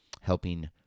helping